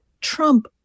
Trump